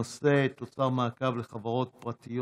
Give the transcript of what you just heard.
הנושא: העברת תוצרי מעקב לחברות פרטיות.